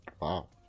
Wow